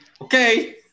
Okay